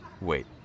Wait